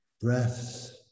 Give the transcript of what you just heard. breaths